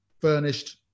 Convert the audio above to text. furnished